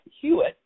Hewitt